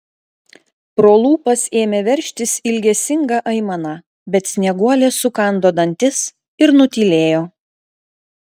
pro lūpas ėmė veržtis ilgesinga aimana bet snieguolė sukando dantis ir nutylėjo